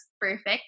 perfect